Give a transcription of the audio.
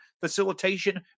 facilitation